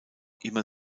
immer